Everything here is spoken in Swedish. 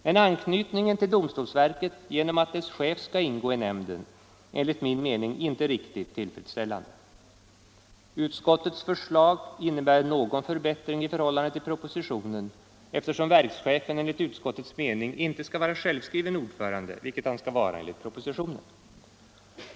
Men anknytningen till domstolsverket genom att dess chef skall ingå i nämnden är enligt min mening inte riktigt tillfredsställande. Utskottets förslag innebär någon förbättring i förhållande till propositionen, eftersom verkschefen enligt utskottets mening inte skall vara självskriven ordförande, vilket han skall vara enligt propositionen.